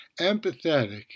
empathetic